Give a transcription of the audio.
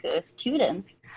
students